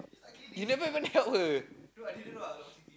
you never even help her